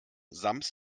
sams